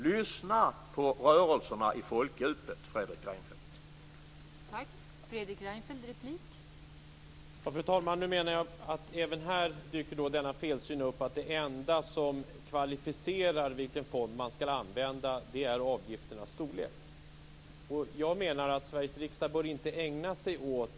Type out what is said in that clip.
Lyssna på rörelserna i folkdjupet, Fredrik Reinfeldt!